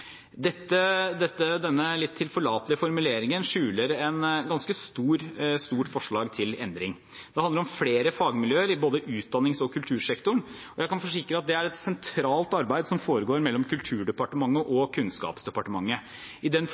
Denne litt tilforlatelige formuleringen skjuler et forslag til en ganske stor endring. Det handler om flere fagmiljøer i både utdannings- og kultursektoren, og jeg kan forsikre om at det er et sentralt arbeid som foregår mellom Kulturdepartementet og Kunnskapsdepartementet. I den